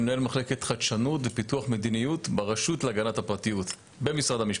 מנהל מחלקת חדשנות ופיתוח מדיניות ברשות להגנת הפרטיות במשרד המשפטים.